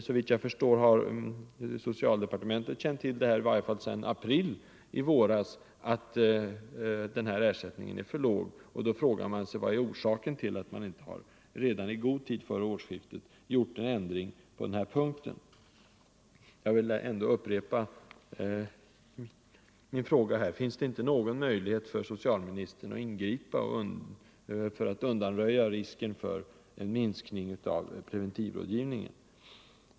Såvitt jag förstår har socialdepartementet i varie fall sedan april i år vetat om att ersättningen är för låg. Vad är då orsaken till att man inte i god tid före årsskiftet har gjort en ändring på den här punkten? Jag vill upprepa min fråga: Finns det inte någon möjlighet för so cialministern att ingripa för att undanröja risken för en minskning av preventivrådgivningen?